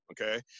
okay